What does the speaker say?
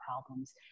problems